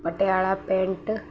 Patiala pant